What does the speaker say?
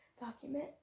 document